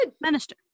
Minister